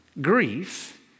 Grief